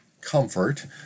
comfort